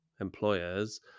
employers